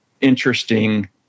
interesting